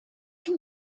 can